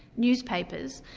newspapers,